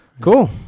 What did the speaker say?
Cool